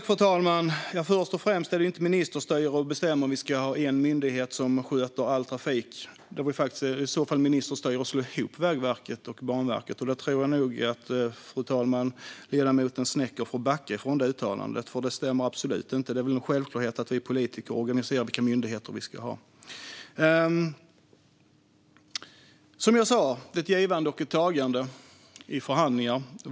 Fru talman! Först och främst är det inte ministerstyre att bestämma om vi ska ha en myndighet som sköter all trafik. Det var i så fall ministerstyre att slå ihop Vägverket och Banverket, fru talman. Detta uttalande tror jag nog att ledamoten Snecker får backa från, för det stämmer absolut inte. Det är väl en självklarhet att politiker organiserar vilka myndigheter vi ska ha. Som jag sa är det ett givande och ett tagande i förhandlingar.